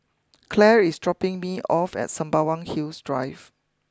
Clare is dropping me off at Sembawang Hills Drive